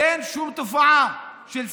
אין שום תופעה של סרסור,